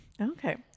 Okay